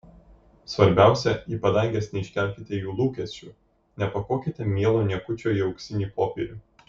svarbiausia į padanges neiškelkite jų lūkesčių nepakuokite mielo niekučio į auksinį popierių